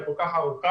וכל כך ארוכה.